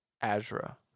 Azra